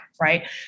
right